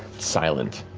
silent.